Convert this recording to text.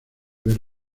ver